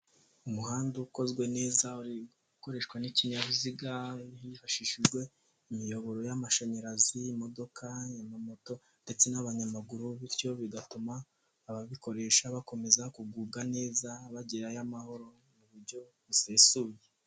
Umuhanda ukozwe neza ukoreshwa n'ikinyabiziga hifashishijwe imiyoboro y'amashanyarazi, imodoka, amamoto ndetse n'abanyamaguru, bityo bigatuma ababikoresha bakomeza kugubwa neza, bagerayo amahoro mu buryo busesuye.